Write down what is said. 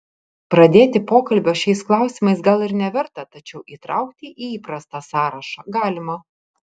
pradėti pokalbio šiais klausimais gal ir neverta tačiau įtraukti į įprastą sąrašą galima